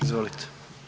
Izvolite.